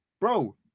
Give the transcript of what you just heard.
Bro